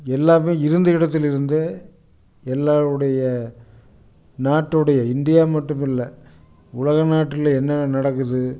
எல்லாமே இருந்த இடத்திலிருந்தே எல்லாருடைய நாட்டோடைய இந்தியா மட்டுமில்லை உலக நாட்டில் என்னென்ன நடக்குது